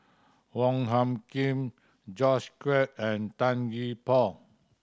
Wong Hung Khim George Quek and Tan Gee Paw